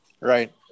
Right